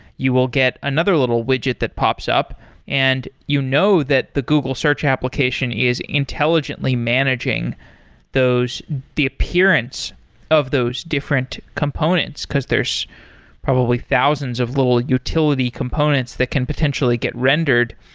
you will get another little widget that pops up and you know that the google search application is intelligently managing the appearance of those different components, because there's probably thousands of little utility components that can potentially get rendered.